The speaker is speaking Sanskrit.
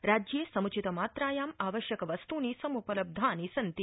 राज्ये सम्चित मात्रायाम् आवश्यक वस्तूनि सम्लपलब्धानि सन्ति